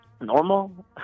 normal